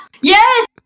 Yes